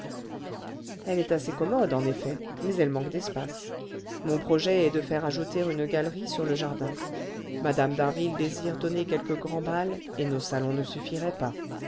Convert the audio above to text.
elle est assez commode en effet mais elle manque d'espace mon projet est de faire ajouter une galerie sur le jardin mme d'harville désire donner quelques grands bals et nos salons ne suffiraient pas